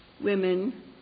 women